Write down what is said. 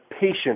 patient